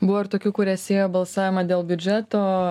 buvo ir tokių kurie siejo balsavimą dėl biudžeto